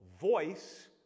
voice